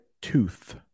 tooth